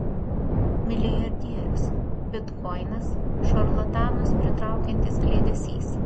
milijardierius bitkoinas šarlatanus pritraukiantis kliedesys